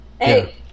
hey